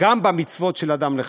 גם במצוות שבין אדם לחברו.